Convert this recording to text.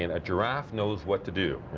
a a giraffe knows what to do.